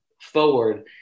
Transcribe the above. forward